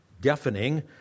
deafening